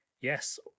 yes